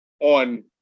on